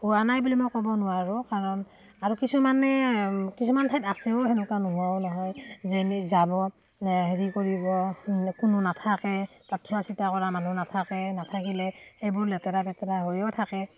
হোৱা নাই বুলি মই ক'ব নোৱাৰোঁ কাৰণ আৰু কিছুমানে কিছুমান ঠাইত আছেও সেনেকুৱা নোহোৱাও নহয় যেনি যাব হেৰি কৰিব কোনো নাথাকে তাত চোৱাচিতা কৰা মানুহ নাথাকে নাথাকিলে সেইবোৰ লেতেৰা পেতেৰা হৈও থাকে